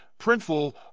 Printful